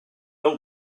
old